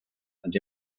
and